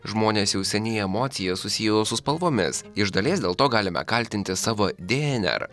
žmonės jau seniai emocijas susiejo su spalvomis iš dalies dėl to galime kaltinti savo dnr